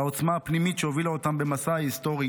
לעוצמה הפנימית שהובילה אותם במסע ההיסטורי